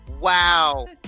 wow